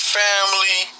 family